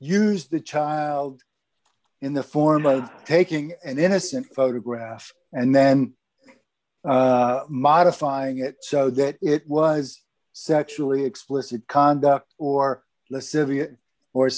used the child in the form of taking an innocent photograph and then modifying it so that it was sexually explicit conduct or